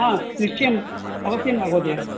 हा निश्चयेन अवश्यं महोदय